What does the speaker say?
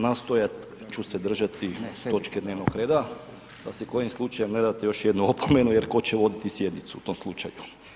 Nastojat ću se držati točke dnevnog reda da si kojim slučajem ne date još jednu opomenu jer tko će voditi sjednicu u tom slučaju.